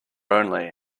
only